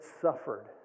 suffered